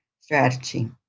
strategy